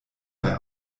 bei